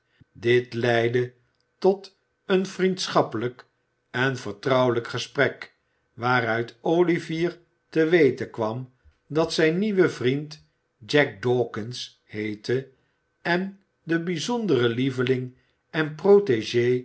dit leidde tot een vriendschappelijk en vertrouwelijk gesprek waaruit olivier te weten kwam dat zijn nieuwe vriend jack dawkins heette en de bijzondere lieveling en protégé